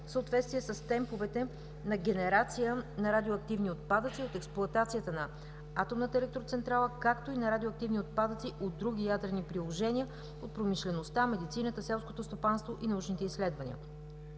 съответствие с темповете на генерация на радиоактивни отпадъци от експлоатацията на атомната електроцентрала, както и на радиоактивни отпадъци от други ядрени приложения от промишлеността, медицината, селското стопанство и научните изследвания.